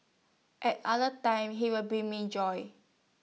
at other times he will bring me joy